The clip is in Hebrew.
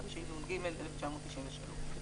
התשנ"ג-1993.